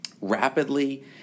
rapidly